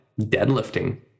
deadlifting